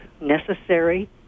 necessary